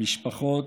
המשפחות,